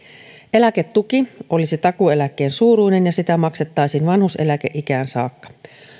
eläketuki olisi takuueläkkeen suuruinen ja sitä maksettaisiin vanhuuseläkeikään saakka